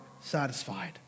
satisfied